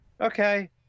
okay